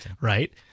right